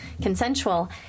consensual